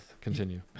continue